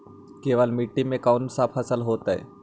केवल मिट्टी में कौन से फसल होतै?